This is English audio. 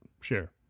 Sure